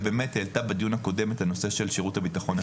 ובאמת העלתה בדיון הקודם את הנושא של שירות הבטחון הכללי.